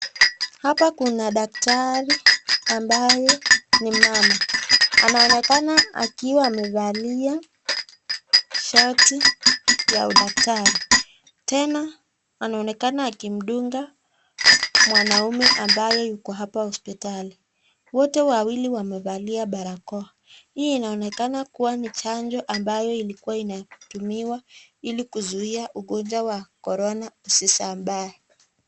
Hapa kuna daktari ambaye ni mama. Anaonekana akiwa amevalia shati ya udaktari. Tena anaonekana akimdunga mwanaume ambaye yuko hapa hospitali. Wote wawili wamevalia barakoa. Hii inaonekana kuwa ni chanjo ambayo ilikuwa inatumiwa ili kuzuia ugonjwa wa corona usizambae.